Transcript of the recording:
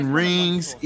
rings